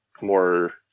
more